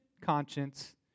conscience